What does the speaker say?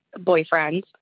boyfriend